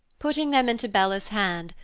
putting them into bella's hand,